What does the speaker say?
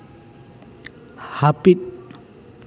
ᱦᱟᱹᱯᱤᱫ